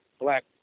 Black